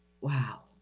wow